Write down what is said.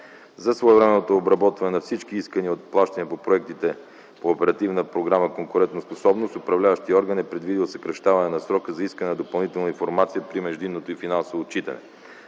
За своевременното обработване на всички искания от плащания по проектите по оперативна програма „Конкурентоспособност” управляващият орган е предвидил съкращаване на срока за искане на допълнителна информация при междинното и финансово отчитане.